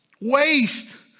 Waste